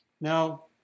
Now